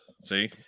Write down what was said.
See